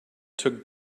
took